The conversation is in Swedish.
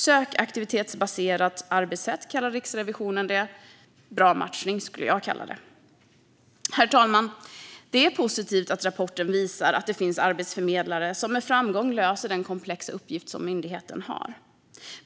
Riksrevisionen kallar det för ett sökaktivitetsbaserat arbetssätt. Bra matchning skulle jag kalla det. Herr talman! Det är positivt att rapporten visar att det finns arbetsförmedlare som med framgång löser den komplexa uppgift som myndigheten har.